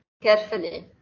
carefully